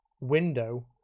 window